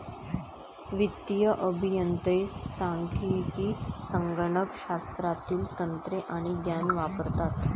वित्तीय अभियंते सांख्यिकी, संगणक शास्त्रातील तंत्रे आणि ज्ञान वापरतात